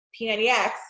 P90X